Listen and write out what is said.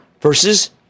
versus